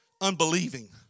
unbelieving